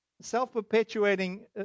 self-perpetuating